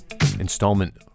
installment